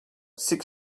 six